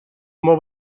cómo